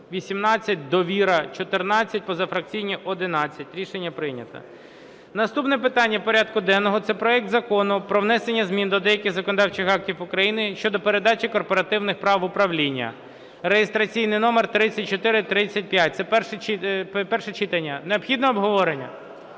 18, "Довіра" – 14, позафракційні – 11. Рішення прийнято. Наступне питання порядку денного – це проект Закону про внесення змін до деяких законодавчих актів України щодо передачі корпоративних прав в управління (реєстраційний номер 3435). Це перше читання. Необхідне обговорення?